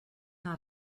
not